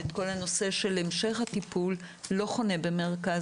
כל הנושא של המשך הטיפול לא חונה במרכז